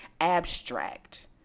abstract